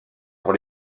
pour